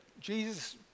Jesus